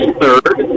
third